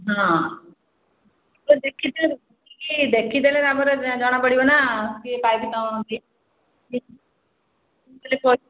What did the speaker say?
ହଁ ଦେଖିଦେଲେ ତା'ପରେ ଜଣା ପଡ଼ିବ ନା ପାଇପ୍